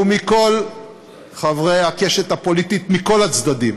ומכל חברי הקשת הפוליטית, מכל הצדדים,